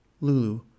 Lulu